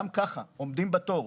גם ככה עומדים בתור.